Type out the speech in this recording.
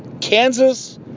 Kansas